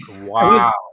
Wow